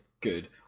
good